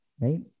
right